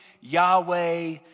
Yahweh